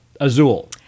Azul